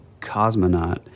Cosmonaut